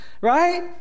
right